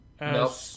Nope